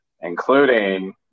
Including